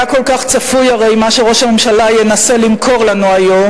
הרי היה כל כך צפוי מה שראש הממשלה ינסה למכור לנו היום.